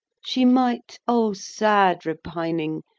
she might o sad repining!